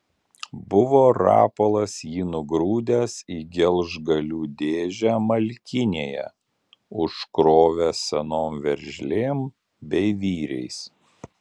buvo rapolas jį nugrūdęs į gelžgalių dėžę malkinėje užkrovęs senom veržlėm bei vyriais